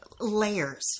layers